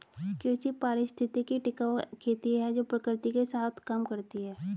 कृषि पारिस्थितिकी टिकाऊ खेती है जो प्रकृति के साथ काम करती है